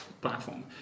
platform